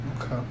Okay